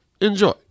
Enjoy